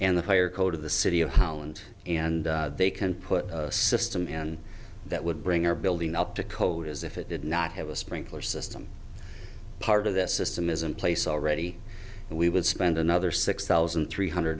and the fire code of the city of holland and they can put a system in that would bring our building up to code as if it did not have a sprinkler system part of this system isn't place already and we would spend another six thousand three hundred